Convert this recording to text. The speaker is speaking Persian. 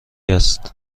است